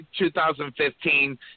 2015